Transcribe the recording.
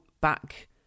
back